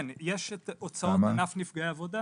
כן, יש את הוצאות ענף נפגעי עבודה.